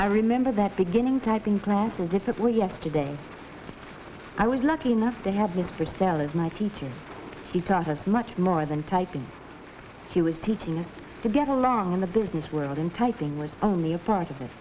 i remember that beginning typing class and if it were yesterday i was lucky enough to have it for sale as my teacher he taught us much more than typing he was teaching me to get along in the business world in typing with only a part of